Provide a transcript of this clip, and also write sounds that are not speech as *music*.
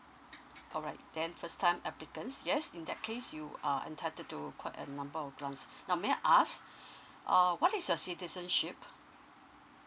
alright then first time applicants yes in that case you are entitled to quite a number of grants now may I ask *breath* err what is your citizenship